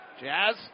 Jazz